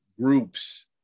groups